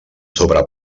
sobre